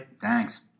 Thanks